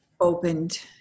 Opened